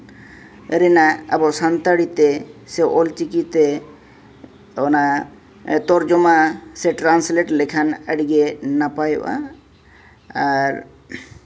ᱨᱮᱱᱟᱜ ᱟᱵᱚ ᱥᱟᱱᱛᱟᱲᱤ ᱛᱮ ᱥᱮ ᱚᱱᱟ ᱚᱞ ᱪᱤᱠᱤᱛᱮ ᱚᱱᱟ ᱛᱚᱨᱡᱚᱢᱟ ᱥᱮ ᱴᱨᱟᱱᱥᱞᱮᱱᱥ ᱞᱮᱠᱷᱟᱱ ᱟᱹᱰᱤ ᱜᱮ ᱱᱟᱯᱟᱭᱚᱜᱼᱟ ᱟᱨ